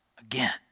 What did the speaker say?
again